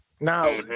Now